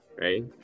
right